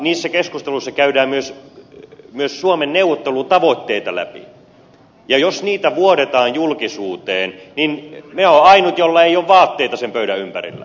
niissä keskusteluissa käydään myös suomen neuvottelutavoitteita läpi ja jos niitä vuodetaan julkisuuteen niin minä olen sen pöydän ympärillä ainut jolla ei ole vaatteita